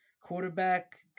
Quarterback